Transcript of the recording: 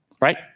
right